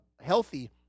healthy